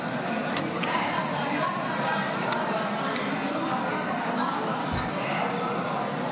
47. על כן אני קובע כי הצעת חוק שירות ביטחון (תיקון מס' 27)